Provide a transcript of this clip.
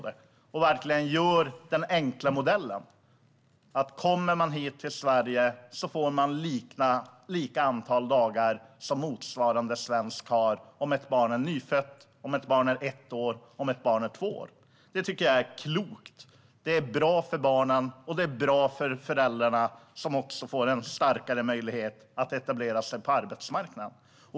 Det blir verkligen en enkel modell som innebär att om man kommer hit till Sverige får man ett lika stort antal dagar som motsvarande svensk har om ett barn är nyfött, om ett barn är ett år och om ett barn är två år. Det tycker jag är klokt. Det är bra för barnen, och det är bra för föräldrarna, som också får en större möjlighet att etablera sig på arbetsmarknaden.